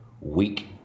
week